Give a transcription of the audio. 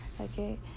okay